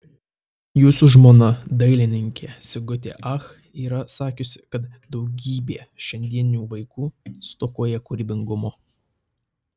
jūsų žmona dailininkė sigutė ach yra sakiusi kad daugybė šiandieninių vaikų stokoja kūrybingumo